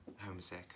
homesick